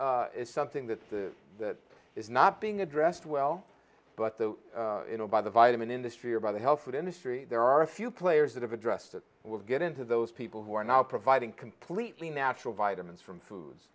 is something that the that is not being addressed well but the you know by the vitamin industry or by the health food industry there are a few players that have addressed it will get into those people who are now providing completely natural vitamins from foods